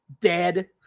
dead